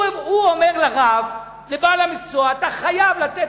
הוא אומר לבעל המקצוע: אתה חייב לתת